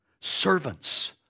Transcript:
servants